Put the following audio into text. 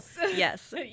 Yes